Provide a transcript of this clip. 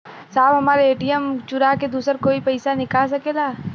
साहब हमार ए.टी.एम चूरा के दूसर कोई पैसा निकाल सकेला?